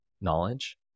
knowledge